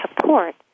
support